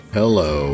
hello